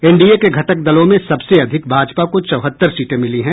NDA के घटक दलों में सबसे अधिक भाजपा को चौहत्तर सीटें मिली हैं